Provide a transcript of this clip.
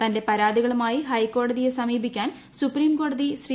തന്റെ പരാതികളുമായി ഹൈക്കോടതിയെ സമീപിക്കാൻ സുപ്രീംകോടതി ശ്രീ